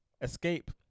escape